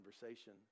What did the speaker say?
conversation